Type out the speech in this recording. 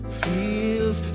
feels